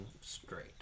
straight